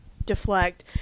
Deflect